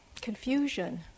Confusion